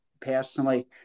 personally